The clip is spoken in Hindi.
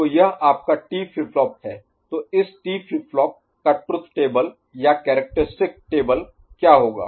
तो यह आपका T फ्लिप फ्लॉप है तो इस T फ्लिप फ्लॉप का ट्रुथ टेबल या कैरेक्टरिस्टिक टेबल क्या होगा